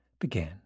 began